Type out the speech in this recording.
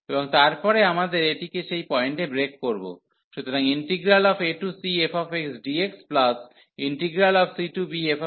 এবং তারপরে আমাদের এটিকে সেই পয়েন্টে ব্রেক করব সুতরাং acfxdxcbfxdx